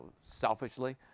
selfishly